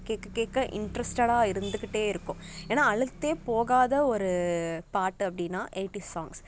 கேட்க கேட்க இன்ட்ரெஸ்ட்டாக இருந்துக்கிட்டு இருக்கும் ஏன்னா அலுத்து போகாத ஒரு பாட்டு அப்படின்னா எயிட்டிஸ் சாங்ஸ்